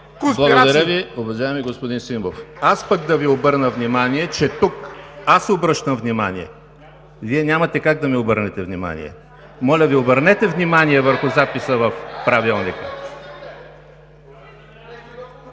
Благодаря Ви, уважаеми господин Симов. Аз пък да Ви обърна внимание, че тук аз обръщам внимание. Вие няма как да ми обърнете внимание! (Шум и реплики.) Моля Ви, обърнете внимание върху записа в Правилника.